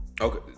Okay